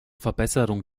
verbesserung